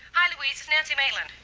hi, louise. it's nancy maitland.